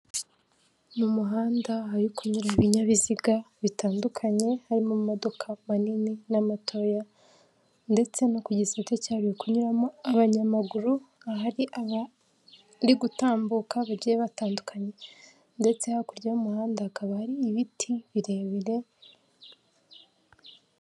Mu muhanda ahari kunyura ibinyabiziga bitandukanye, harimo amamodoka manini n'amatoya ndetse no ku gisate cyahariwe kunyuramo abanyamaguru, ahari abari gutambuka bagiye batandukanye ndetse hakurya y'umuhanda hakaba hari ibiti birebire.